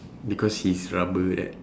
because his rubber right